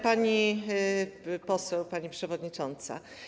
Pani poseł, pani przewodnicząca.